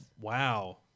Wow